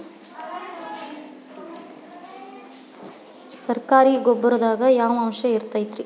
ಸರಕಾರಿ ಗೊಬ್ಬರದಾಗ ಯಾವ ಅಂಶ ಇರತೈತ್ರಿ?